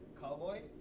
cowboy